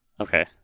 Okay